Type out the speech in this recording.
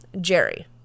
Jerry